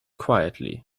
quietly